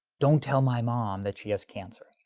don't tell my mom that she has cancer.